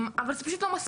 אבל זה פשוט לא מספיק,